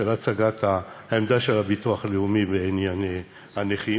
של הצגת העמדה של הביטוח הלאומי בעניין הנכים.